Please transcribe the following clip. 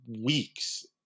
weeks